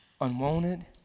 unwanted